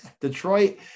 detroit